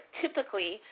typically